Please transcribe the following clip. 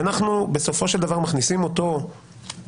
ואנחנו בסופו של דבר מכניסים אותו בכפייה